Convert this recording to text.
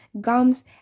gums